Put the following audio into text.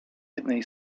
jednej